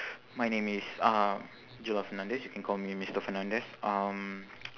my name is uh joel fernandes you can call me mister fernandes um